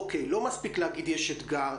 אוקיי, לא מספיק להגיד יש אתגר.